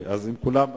מסכים.